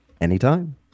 Anytime